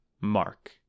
Mark